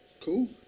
Cool